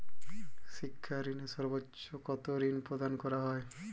শিক্ষা ঋণে সর্বোচ্চ কতো ঋণ প্রদান করা হয়?